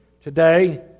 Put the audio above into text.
Today